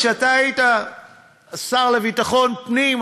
כשאתה היית השר לביטחון פנים,